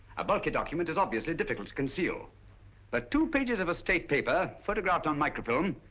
a bulky document is obviously difficult to conceal but two pages of a state paper, photographed on microfilm,